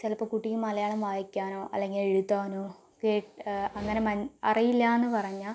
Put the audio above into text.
ചിലപ്പോൾ കുട്ടിക്ക് മലയാളം വായിക്കാനോ അല്ലെങ്കിൽ എഴുതാനോ കേട്ട് അങ്ങനെ മന് അറിയില്ലാന്ന് പറഞ്ഞാൽ